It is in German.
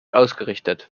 ausgerichtet